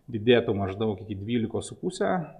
didėtų maždaug iki dvylikos su puse